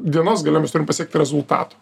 dienos gale mes turim pasiekti rezultatų